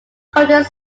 coatis